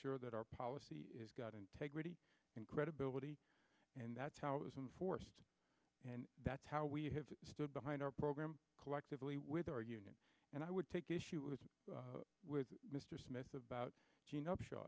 sure that our policy is got integrity and credibility and that's how it is in force and that's how we have stood behind our program collectively with our union and i would take issue with mr smith about gene upsh